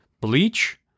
bleach